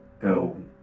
go